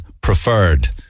preferred